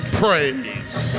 praise